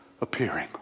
appearing